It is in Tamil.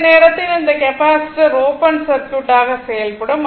இந்த நேரத்தில் இந்த கெப்பாசிட்டர் ஓப்பன் சர்க்யூட் ஆக செயல்படும்